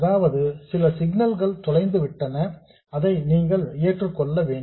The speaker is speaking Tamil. அதாவது சில சிக்னல் கள் தொலைந்து விட்டன அதை நீங்கள் ஏற்றுக்கொள்ள வேண்டும்